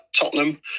Tottenham